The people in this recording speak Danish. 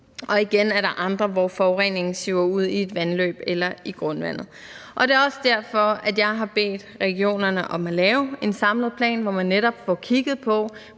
og igen er der andre, hvor forureningen siver ud i et vandløb eller i grundvandet. Og det er også derfor, jeg har bedt regionerne om at lave en samlet plan, hvor man netop får kigget på,